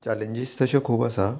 challenges तश्यो खूब आसा